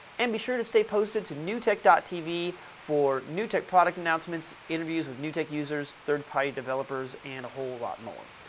and be sure to stay posted to newtek tv for newtek product announcements, interviews with newtek users third party developers and a whole lot more.